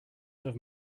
have